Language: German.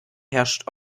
herrscht